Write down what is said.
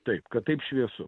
taip kad taip šviesu